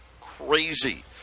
crazy